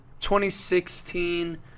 2016